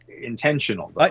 intentional